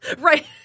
Right